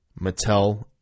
Mattel